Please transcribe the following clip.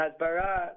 Hasbara